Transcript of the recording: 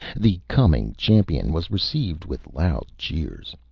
the coming champion was received with loud cheers.